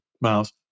Miles